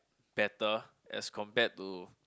better as compared to